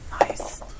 Nice